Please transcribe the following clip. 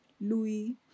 Louis